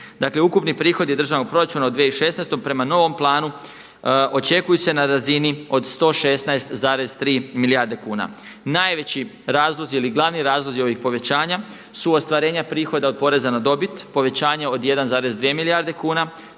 ukupni prihodi državnog proračuna od 2016. prema novom planu očekuju se na razini od 116,3 milijarde kuna. Najveći razlozi ili glavni razlozi ovih povećanja su ostvarenja prihoda od poreza na dobit, povećanje od 1,2 milijarde kuna,